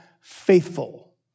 faithful